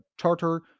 charter